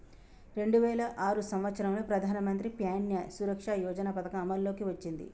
రెండు వేల ఆరు సంవత్సరంలో ప్రధానమంత్రి ప్యాన్య సురక్ష యోజన పథకం అమల్లోకి వచ్చింది